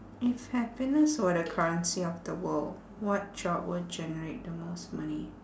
if happiness were the currency of the world what job would generate the most money